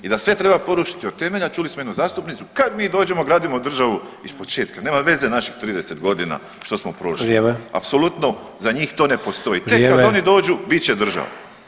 I da sve treba porušiti do temelja, čuli smo jednu zastupnicu, kad mi dođemo gradimo državu iz početka, nema veze naših 30 godina što smo prošli [[Upadica: Vrijeme.]] apsolutno za njih to ne postoji [[Upadica: Vrijeme.]] tek kad oni dođu bit će država.